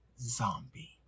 zombie